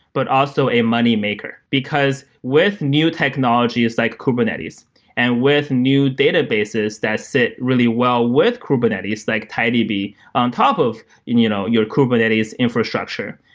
but also a money maker. because with new technologies like kubernetes and with new databases that sit really well with kubernetes, like tidb on top of and you know your kubernetes infrastructure,